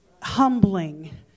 humbling